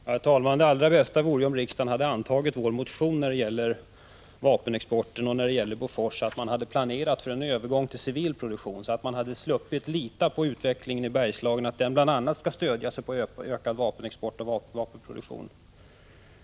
Herr talman! Det allra bästa vore om riksdagen hade antagit vår motion om Bofors vapenexport, så att man hade planerat för en övergång till civil produktion. Då hade man i Bergslagen sluppit lita på att utvecklingen bl.a. skall stödjas på ökad vapenexport och vapenproduktion.